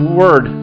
word